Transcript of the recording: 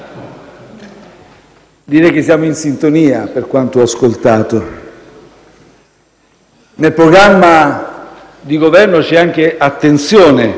Direi che siamo in sintonia, per quanto ho ascoltato. Nel programma di Governo c'è anche attenzione